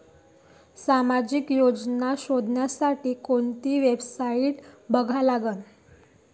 सामाजिक योजना शोधासाठी कोंती वेबसाईट बघा लागन?